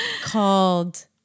called